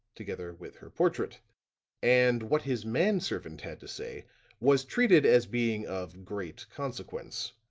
together with her portrait and what his man servant had to say was treated as being of great consequence.